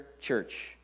church